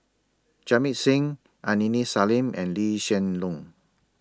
Jamit Singh Aini Salim and Lee Hsien Loong